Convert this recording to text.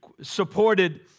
supported